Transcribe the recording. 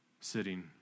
sitting